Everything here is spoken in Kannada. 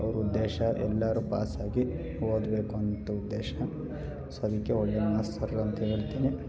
ಅವ್ರ ಉದ್ದೇಶ ಎಲ್ಲರೂ ಪಾಸಾಗಿ ಓದಬೇಕು ಅಂತ ಉದ್ದೇಶ ಸೊ ಅದಕ್ಕೆ ಒಳ್ಳೆಯ ಮಾಸ್ ಸರ್ರು ಅಂತ ಹೇಳ್ತಿನಿ